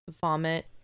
vomit